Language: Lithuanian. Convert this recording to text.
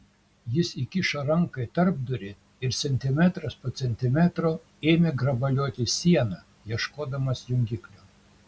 jis įkišo ranką į tarpdurį ir centimetras po centimetro ėmė grabalioti sieną ieškodamas jungiklio